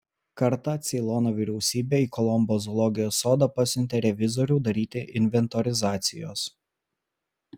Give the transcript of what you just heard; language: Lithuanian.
kartą ceilono vyriausybė į kolombo zoologijos sodą pasiuntė revizorių daryti inventorizacijos